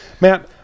Matt